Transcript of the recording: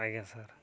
ଆଜ୍ଞା ସାର୍